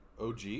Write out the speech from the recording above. OG